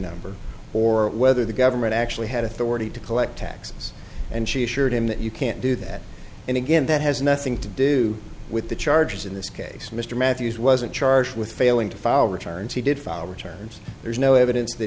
number or whether the government actually had authority to collect taxes and she assured him that you can't do that and again that has nothing to do with the charges in this case mr matthews wasn't charged with failing to follow returns he did file returns there no evidence that